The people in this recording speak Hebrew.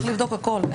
אין, צריך לבדוק הכול.